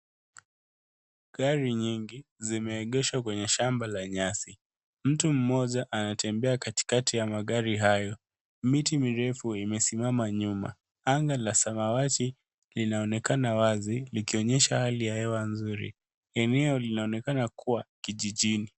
Gari nyingi zimeegeshwa kwenye shamba la nyasi, mtu mmoja anatembea katikati ya magari hayo. Miti mirefu imesimama nyuma, anga la samawati linaonekana wazi likionyesha hali ya hewa nzuri, eneo linaonekna kuwa kijijini.